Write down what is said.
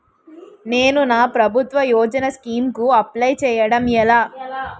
నేను నా ప్రభుత్వ యోజన స్కీం కు అప్లై చేయడం ఎలా?